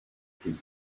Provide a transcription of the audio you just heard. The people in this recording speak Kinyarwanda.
iti